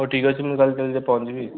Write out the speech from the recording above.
ହଉ ଠିକ୍ ଅଛି ମୁଁ କାଲି ପହଞ୍ଚିଯିବି